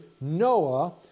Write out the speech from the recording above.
Noah